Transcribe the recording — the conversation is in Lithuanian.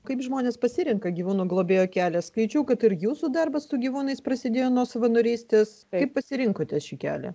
kaip žmonės pasirenka gyvūnų globėjo kelią skaičiau kad ir jūsų darbas su gyvūnais prasidėjo nuo savanorystės kaip pasirinkote šį kelią